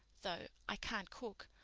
though i can't cook,